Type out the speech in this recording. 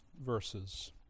verses